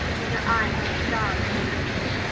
with her eyes a-star with dreams.